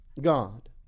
God